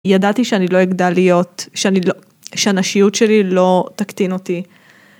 ידעתי שאני לא אגדל להיות שאני לא... שהנשיות שלי לא תקטין אותי.